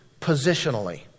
Positionally